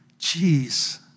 Jeez